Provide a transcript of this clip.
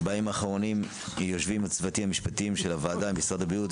בימים האחרונים יושבים היועצים המשפטיים של הוועדה עם משרד הבריאות,